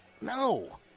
No